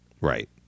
Right